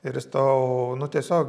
ir jis tau tiesiog